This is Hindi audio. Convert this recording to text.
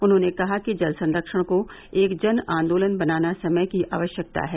उन्होंने कहा कि जल संरक्षण को एक जन आन्दोलन बनाना समय की आवश्यकता है